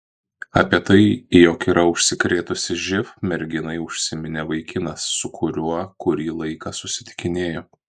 apie tai jog yra užsikrėtusi živ merginai užsiminė vaikinas su kuriuo kurį laiką susitikinėjo